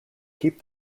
keep